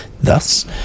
thus